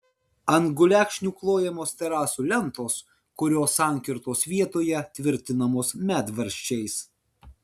ant gulekšnių klojamos terasų lentos kurios sankirtos vietoje tvirtinamos medvaržčiais